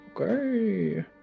Okay